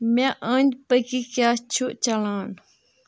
مےٚ أنٛدۍ پٔکی کیاہ چھُ چلان